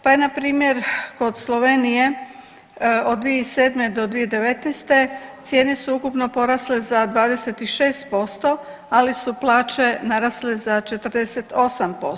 Pa je npr. kod Slovenije od 2007. do 2019. cijene su ukupno porasle za 26%, ali su plaće narasle za 48%